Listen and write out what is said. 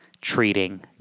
treating